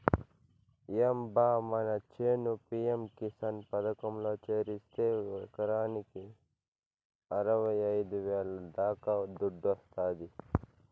ఏం బా మన చేను పి.యం కిసాన్ పథకంలో చేరిస్తే ఎకరాకి అరవైఐదు వేల దాకా దుడ్డొస్తాది